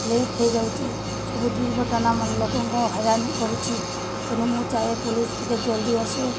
late ହେଇଯାଉଛି ସବୁ ଦୁର୍ଘଟଣା ଲୋକଙ୍କ ହଇରାଣ କରୁଛି ତେଣୁ ମୁଁ ଚାହେ ପୋଲିସ ଟିକେ ଜଲ୍ଦି ଆସୁ